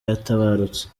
yatabarutse